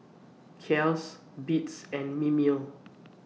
Kiehl's Beats and Mimeo